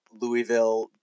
Louisville